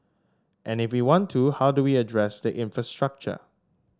and if we want to how do we address the infrastructure